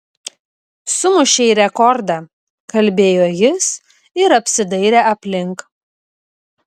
sumušei rekordą kalbėjo jis ir apsidairė aplink